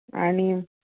आणि